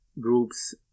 groups